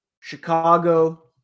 Chicago